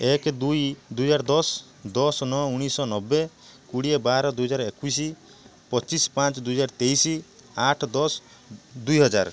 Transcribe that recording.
ଏକ ଦୁଇ ଦୁଇ ହଜାର ଦଶ ଦଶ ନଅ ଉଣେଇଶହ ନବେ କୋଡ଼ିଏ ବାର ଦୁଇ ହଜାର ଏକୋଇଶି ପଚିଶ ପାଞ୍ଚ ଦୁଇ ହଜାର ତେଇଶି ଆଠ ଦଶ ଦୁଇ ହଜାର